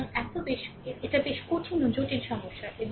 সুতরাং এত বেশ কঠিন ও জটিল সমস্যা